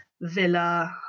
villa